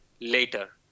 later